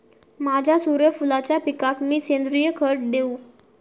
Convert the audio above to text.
माझ्या सूर्यफुलाच्या पिकाक मी सेंद्रिय खत देवू?